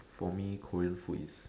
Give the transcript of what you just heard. for me Korean food is